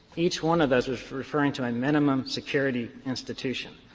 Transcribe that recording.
each one of those is referring to a minimum security institution.